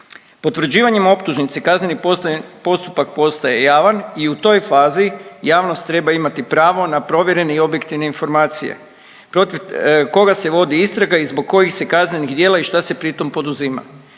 Potvrđivanjem optužnice kazneni postupak postaje javan i u toj fazi javnost treba imati pravo na provjerene i objektivne informacije protiv koga se vodi istraga i zbog kojih se kaznenih djela i šta se pritom poduzima.